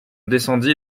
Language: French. descendit